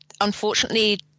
unfortunately